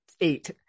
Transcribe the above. eight